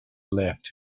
left